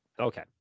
Okay